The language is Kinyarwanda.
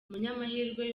umunyamahirwe